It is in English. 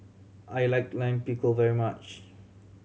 I like Lime Pickle very much